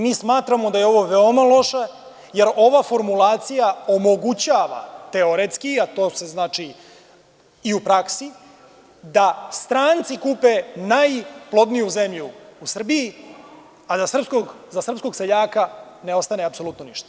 Mi smatramo da je ovo veoma loše, jer ova formulacija omogućava teoretski, a to je znači i u praksi, da stranci kupe najplodniju zemlju u Srbiji, a da za srpskog seljaka ne ostane apsolutno ništa.